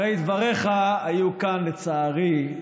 הרי דבריך היו כאן, לצערי,